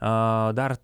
o dar